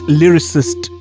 lyricist